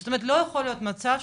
זאת אומרת לא יכול להיות מצב,